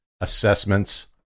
assessments